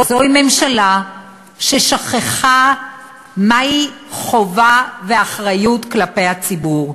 זו ממשלה ששכחה מה הן חובה ואחריות כלפי הציבור.